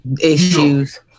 issues